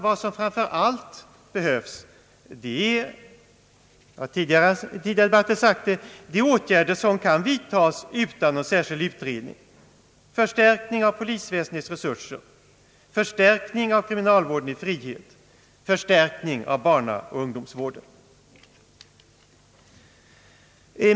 Vad som framför allt be hövs är — jag har sagt det i tidigare debatter — åtgärder som kan vidtagas utan särskild utredning, nämligen förstärkning av polisväsendets resurser, förstärkning av kriminalvården i frihet, förstärkning av barnaoch ungdomsvården.